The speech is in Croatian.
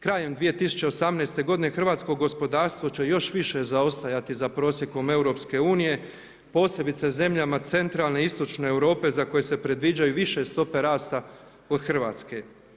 Krajem 2018. godine hrvatsko gospodarstvo će još više zaostajati za prosjekom Europske unije, posebice zemljama centralne i istočne Europe za koje se predviđaju više stope rasta od Hrvatske.